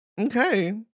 okay